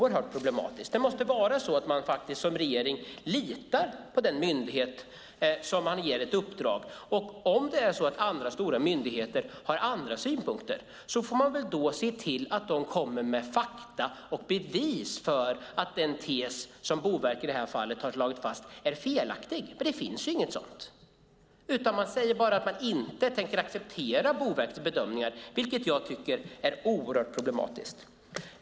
Regeringen måste lita på den myndighet som man ger ett uppdrag. Om andra stora myndigheter sedan har andra synpunkter får man se till att de kommer med fakta och bevis för att den tes som, i det här fallet, Boverket slagit fast är felaktig. Det finns dock inget sådant, utan de säger bara att de inte tänker acceptera Boverkets bedömningar, vilket jag tycker är oerhört problematiskt.